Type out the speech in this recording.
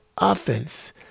Offense